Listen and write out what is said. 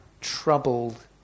troubled